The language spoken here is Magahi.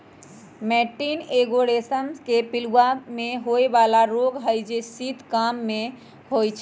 मैटीन एगो रेशम के पिलूआ में होय बला रोग हई जे शीत काममे होइ छइ